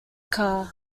car